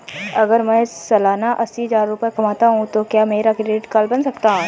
अगर मैं सालाना अस्सी हज़ार रुपये कमाता हूं तो क्या मेरा क्रेडिट कार्ड बन सकता है?